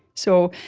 so,